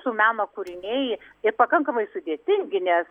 su meno kūriniai ir pakankamai sudėtingi nes